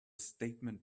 statement